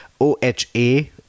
OHA